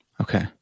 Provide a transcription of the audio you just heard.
Okay